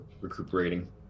Recuperating